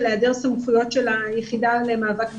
היעדר סמכויות של היחידה למאבק בגזענות.